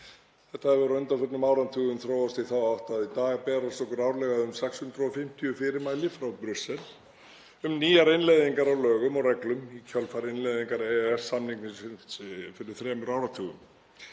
Þetta hefur á undanförnum áratugum þróast í þá átt að í dag berast okkur árlega um 650 fyrirmæli frá Brussel um nýjar innleiðingar á lögum og reglum í kjölfar innleiðingar EES-samningsins fyrir þremur áratugum.